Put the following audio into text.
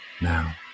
Now